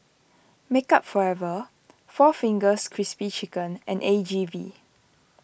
Makeup Forever four Fingers Crispy Chicken and A G V